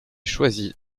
choisit